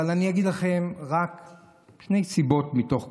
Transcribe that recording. ואני אגיד לכם שתי סיבות מכל הסיבות,